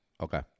Okay